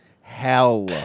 Hell